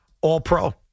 All-pro